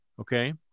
okay